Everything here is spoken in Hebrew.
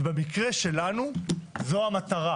ובמקרה שלנו, זו המטרה.